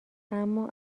اما